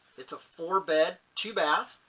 it's a four bed, two bath,